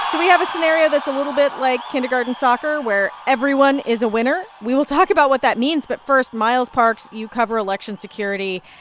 we have a scenario that's a little bit like kindergarten soccer, where everyone is a winner. we will talk about what that means. but first, miles parks, you cover election security.